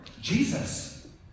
Jesus